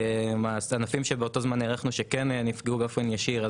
ענפים שבאותו זמן הערכנו שכן נפגעו באופן ישיר,